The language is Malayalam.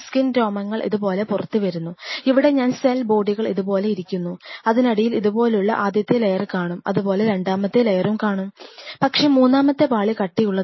സ്കിൻ രോമങ്ങൾ ഇതുപോലെ പുറത്തുവരുന്നു ഇവിടെ സെൽ ബോഡികൾ ഇതുപോലെ ഇരിക്കുന്നു അതിനടിയിൽ ഇതുപോലുള്ള ആദ്യത്തെ ലെയർ കാണും അതുപോലെ രണ്ടാമത്തെ ലയറും കാണും പക്ഷേ മൂന്നാമത്തെ പാളി കട്ടിയുള്ളതല്ല